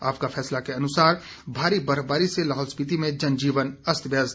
आपका फैसला के अनुसार भारी बर्फबारी से लाहौल स्पीति में जनजीवन अस्त व्यस्त